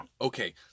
Okay